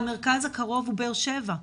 המרכז הקרוב הוא באר שבע.